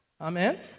Amen